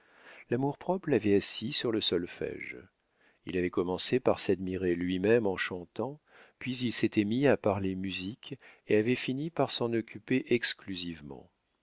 l'amour-propre l'avait assis sur le solfége il avait commencé par s'admirer lui-même en chantant puis il s'était mis à parler musique et avait fini par s'en occuper exclusivement